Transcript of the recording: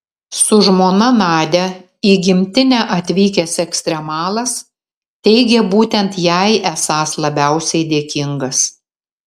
su žmona nadia į gimtinę atvykęs ekstremalas teigė būtent jai esąs labiausiai dėkingas